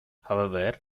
however